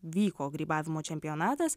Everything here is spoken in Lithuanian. vyko grybavimo čempionatas